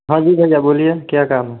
हाँ जी भईया बोलिए क्या काम है